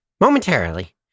momentarily